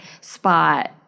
spot